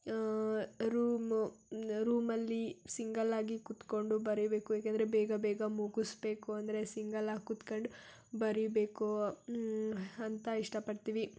room ರೂಮಲ್ಲಿ ಸಿಂಗಲ್ಲಾಗಿ ಕೂತ್ಕೊಂಡು ಬರೀಬೇಕು ಯಾಕಂದರೆ ಬೇಗ ಬೇಗ ಮುಗಿಸ್ಬೇಕು ಅಂದರೆ ಸಿಂಗಲ್ಲಾಗಿ ಕೂತ್ಕೊಂಡು ಬರೀಬೇಕು ಅಂತ ಇಷ್ಟ ಪಡ್ತೀವಿ